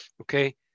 Okay